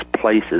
places